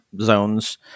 zones